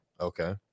Okay